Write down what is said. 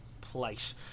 place